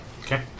Okay